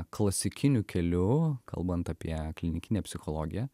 klasikiniu keliu kalbant apie klinikinę psichologiją